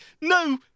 no